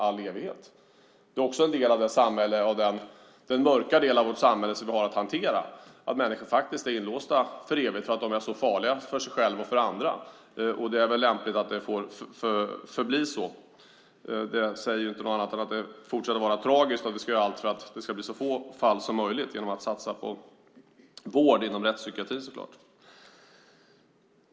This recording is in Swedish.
Att människor är inlåsta för evigt därför att de är farliga både för sig själva och för andra tillhör också den mörka del av vårt samhälle som vi har att hantera. Det är väl lämpligt att det får förbli så. Men därmed säger jag inte annat än att det fortsatt är tragiskt. Vi ska självklart göra allt för att det ska bli så få fall som möjligt - detta genom att satsa på vård inom rättspsykiatrin.